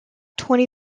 twenty